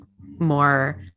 more